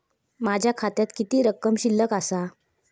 माझ्या खात्यात किती रक्कम शिल्लक आसा?